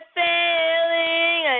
failing